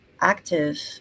active